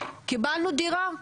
קיבלנו דירה.